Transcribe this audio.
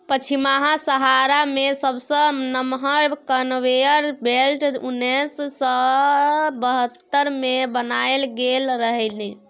पछिमाहा सहारा मे सबसँ नमहर कन्वेयर बेल्ट उन्नैस सय बहत्तर मे बनाएल गेल रहनि